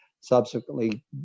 subsequently